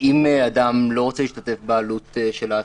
אם אדם לא רוצה להשתתף בעלות של ההתקנה,